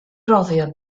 roddir